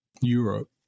Europe